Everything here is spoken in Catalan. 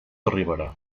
arribarà